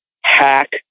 hack